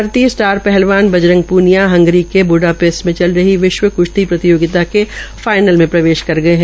भारतीय स्टार पहलवान बजरंग पूनिया हंगरी के बूडापोस्ट में चल रही विश्व कृश्ती प्रतियोगिता के फाईनल में प्रवेश कर गये है